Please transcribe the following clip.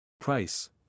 Price